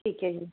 ਠੀਕ ਹ ਜੀ